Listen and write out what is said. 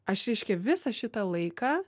aš reiškia visą šitą laiką